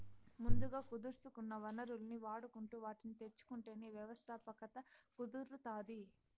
ముందుగా కుదుర్సుకున్న వనరుల్ని వాడుకుంటు వాటిని తెచ్చుకుంటేనే వ్యవస్థాపకత కుదురుతాది